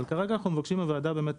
אבל כרגע אנחנו מבקשים מהוועדה באמת